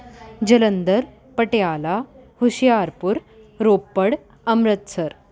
Jalandhar Patiala Hoshiarpur Ropar Amritsar